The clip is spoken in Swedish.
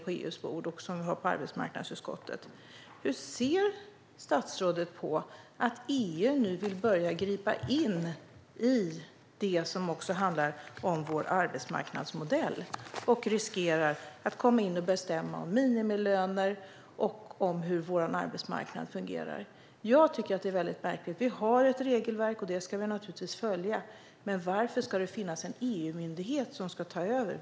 Vi hade frågan uppe i arbetsmarknadsutskottet. Hur ser statsrådet på att EU nu vill börja gripa in i det som handlar om vår arbetsmarknadsmodell? Vi riskerar att EU kommer in och bestämmer om minimilöner och hur vår arbetsmarknad ska fungera. Jag tycker att det är märkligt. Vi har ett regelverk, och det ska vi naturligtvis följa. Varför ska det finnas en EU-myndighet som ska ta över?